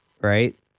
right